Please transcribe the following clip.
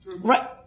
Right